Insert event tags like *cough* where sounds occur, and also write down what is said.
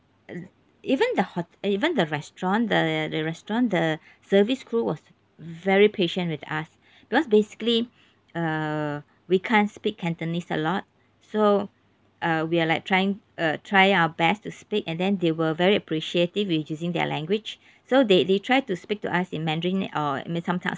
uh even the ho~ even the restaurant the the the restaurant the service crew was very patient with us *breath* because basically err we can't speak cantonese a lot so uh we are like trying uh try our best to speak and then they were very appreciative we using their language so they they try to speak to us in mandarin or I mean sometimes